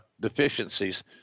deficiencies